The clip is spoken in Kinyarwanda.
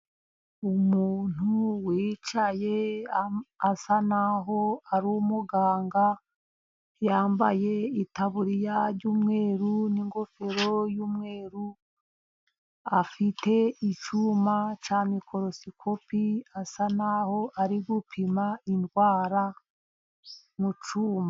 Umuntu wicaye asa n'aho ari umuganga, yambaye itaburiya y'umweru n'ingofero y'umweru, afite icyuma cya mikorosikopi, asa n,aho ari gupima indwara mu cyuma.